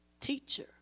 teacher